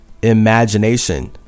Imagination